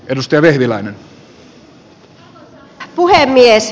arvoisa herra puhemies